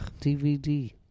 DVD